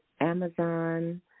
Amazon